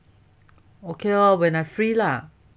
okay lor when I free lah